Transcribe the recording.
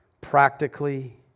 practically